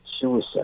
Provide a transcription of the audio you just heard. Suicide